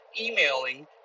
emailing